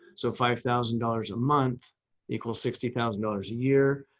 so five thousand dollars a month equals sixty thousand dollars a year.